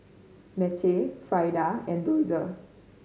Mittie Freida and Dozier